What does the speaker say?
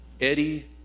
Eddie